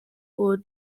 were